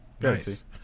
Nice